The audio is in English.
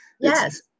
Yes